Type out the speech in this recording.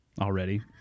already